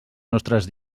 nostres